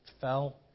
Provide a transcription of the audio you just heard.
fell